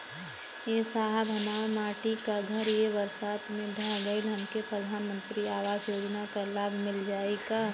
ए साहब हमार माटी क घर ए बरसात मे ढह गईल हमके प्रधानमंत्री आवास योजना क लाभ मिल जाई का?